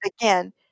again